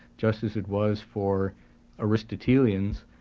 just as it was for aristotelians,